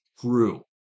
True